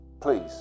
Please